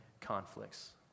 conflicts